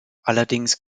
allerdings